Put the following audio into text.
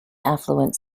affluent